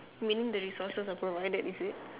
meaning the resources are provided is it